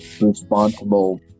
responsible